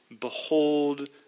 behold